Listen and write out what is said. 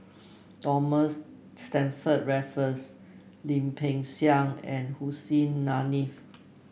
Thomas Stamford Raffles Lim Peng Siang and Hussein Haniff